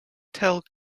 tale